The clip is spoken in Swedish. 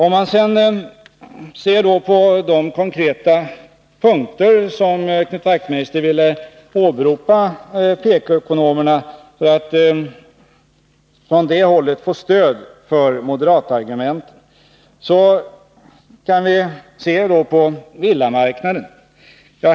När det gäller de konkreta punkter där Knut Wachtmeister ville åberopa PK-ekonomerna för att från det hållet få stöd för de moderata argumenten kan jag börja med villamarknaden.